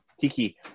Tiki